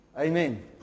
Amen